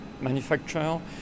manufacturer